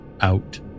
out